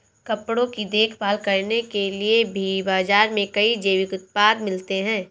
कपड़ों की देखभाल करने के लिए भी बाज़ार में कई जैविक उत्पाद मिलते हैं